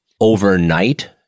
overnight